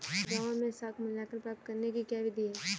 गाँवों में साख मूल्यांकन प्राप्त करने की क्या विधि है?